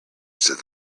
said